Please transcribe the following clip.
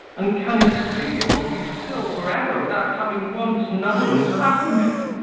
and can it be it will be still for ever without having once known happiness,